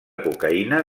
cocaïna